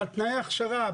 אבל תנאי ההכשרה,